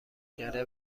کرده